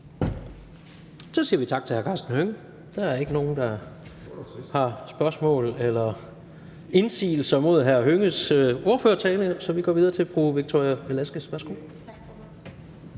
Så siger vi tak til hr. Karsten Hønge. Der er ikke nogen, der har spørgsmål til eller indsigelser mod hr. Karsten Hønges ordførertale, så vi går videre til fru Victoria Velasquez. Værsgo.